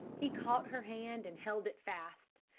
he caught her hand and held it fast,